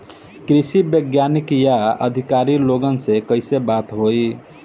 कृषि वैज्ञानिक या अधिकारी लोगन से कैसे बात होई?